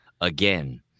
again